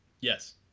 Yes